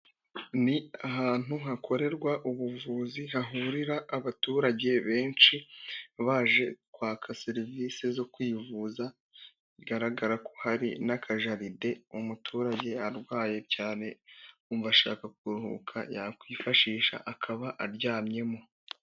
Ni ahantu hakorerwa ubuvuzi hahurira abaturage benshi, baje kwaka serivisi zo kwivuza. Bigaragara ko hari n'akajaride umuturage arwaye cyane yumva ashaka kuruhuka yakwifashisha, akaba aryamyemo.